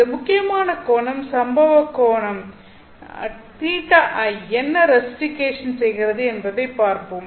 இந்த முக்கியமான கோணம் சம்பவ கோணம் θi என்ன ரஸ்டிகேஷன் செய்கிறது என்பதைப் பார்ப்போம்